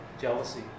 jealousy